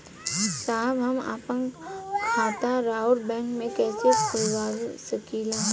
साहब हम आपन खाता राउर बैंक में कैसे खोलवा सकीला?